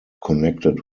connected